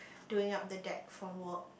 doing up the deck for work